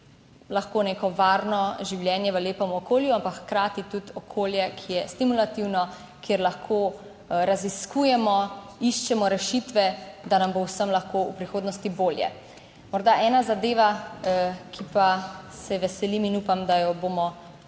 lahko neko varno življenje v lepem okolju, ampak hkrati tudi okolje, ki je stimulativno, kjer lahko raziskujemo, iščemo rešitve, da nam bo vsem lahko v prihodnosti bolje. Morda ena zadeva, ki se je veselim in upam, da jo bomo